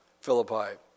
Philippi